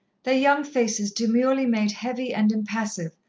their young faces demurely made heavy and impassive,